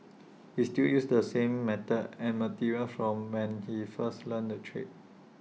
he still uses the same method and materials from when he first learnt the trade